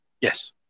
Yes